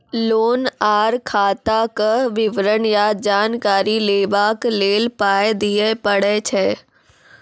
Loan आर खाताक विवरण या जानकारी लेबाक लेल पाय दिये पड़ै छै?